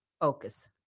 focus